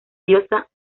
diosa